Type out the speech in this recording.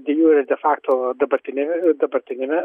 de jure ir de fakto dabartine dabartiniame